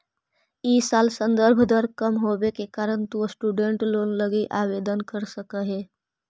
इ साल संदर्भ दर कम होवे के कारण तु स्टूडेंट लोन लगी आवेदन कर सकऽ हे